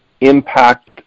impact